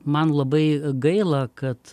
man labai gaila kad